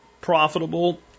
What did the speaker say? profitable